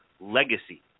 Legacy